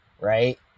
Right